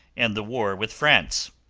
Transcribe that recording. and the war with france?